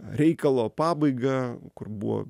reikalo pabaigą kur buvo